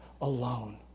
alone